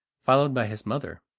followed by his mother.